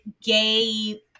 gay